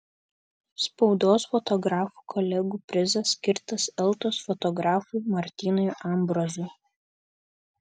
spaudos fotografų kolegų prizas skirtas eltos fotografui martynui ambrazui